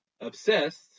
obsessed